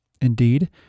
Indeed